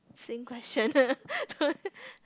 same question